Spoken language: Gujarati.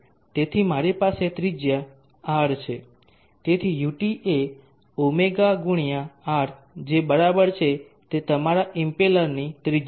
તેથી મારી પાસે ત્રિજ્યા r છે તેથી ut એ ωt×r જે બરાબર છે તે તમારા ઇમ્પેલરની ત્રિજ્યા છે